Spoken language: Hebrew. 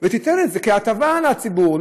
תן את זה כהטבה לציבור.